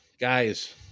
guys